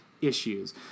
issues